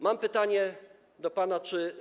Mam pytanie do pana: Czy.